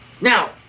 now